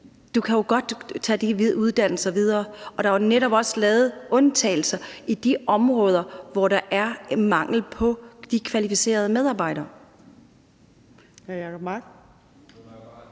Du kan jo godt tage de uddannelser senere. Og der er jo netop også lavet undtagelser i de områder, hvor der er mangel på de kvalificerede medarbejdere.